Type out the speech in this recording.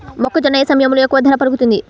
మొక్కజొన్న ఏ సమయంలో ఎక్కువ ధర పలుకుతుంది?